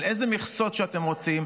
על אילו מכסות שאתם רוצים.